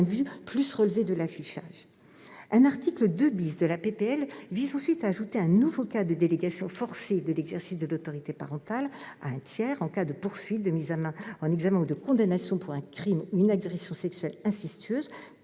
de vue relever davantage de l'affichage ... L'article 2 de la proposition de loi vise ensuite à ajouter un nouveau cas de délégation forcée de l'exercice de l'autorité parentale à un tiers en cas de poursuite, de mise en examen ou de condamnation pour un crime ou une agression sexuelle incestueuse